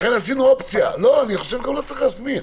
אני חושב שגם לא צריך להסמיך.